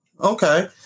Okay